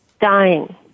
dying